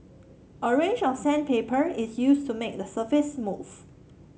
a range of sandpaper is used to make the surface smooth